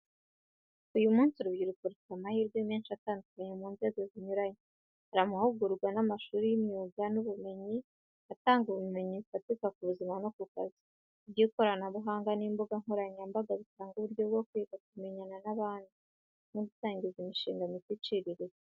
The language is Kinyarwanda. Uyu munsi, urubyiruko rufite amahirwe menshi atandukanye mu nzego zinyuranye. Hari amahugurwa n'amashuri y’imyuga n’ubumenyi atanga ubumenyi bufatika ku buzima no ku kazi. Iby’ikoranabuhanga n’imbuga nkoranyambaga bitanga uburyo bwo kwiga, kumenyana n’abandi, no gutangiza imishinga mito iciriritse.